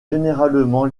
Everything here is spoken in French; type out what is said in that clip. généralement